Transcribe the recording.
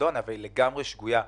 לגמרי שגויה.